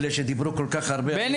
היות